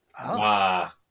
Wow